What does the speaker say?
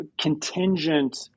contingent